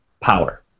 power